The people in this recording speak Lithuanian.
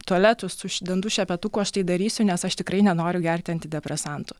tualetus suš dantų šepetuku aš tai darysiu nes aš tikrai nenoriu gerti antidepresantų